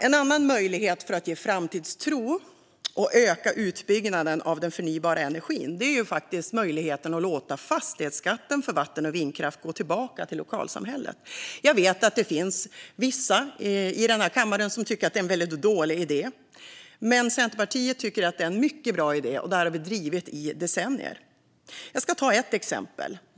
En annan möjlighet för att ge framtidstro och öka utbyggnaden av den förnybara energin är att låta fastighetsskatten för vatten och vindkraft gå tillbaka till lokalsamhället. Jag vet att det finns vissa i denna kammare som tycker att det är en väldigt dålig idé, men Centerpartiet tycker att det är en mycket bra idé. Detta har vi också drivit i decennier. Jag ska ta ett exempel.